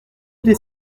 des